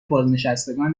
بازنشستگان